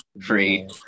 free